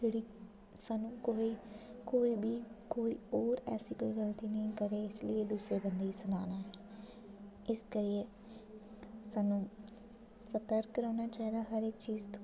स्हान्नूं कोई बी कोई होर ऐसी गलती निं करे इस लेई दूए बंदे गी सनाना निं इस करियै स्हान्नूं सतर्क रौह्ना चाहिदा हर इक चीज तों